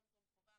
טרום-טרום חובה.